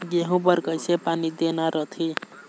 गेहूं बर कइसे पानी देना रथे?